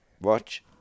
Watch